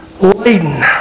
laden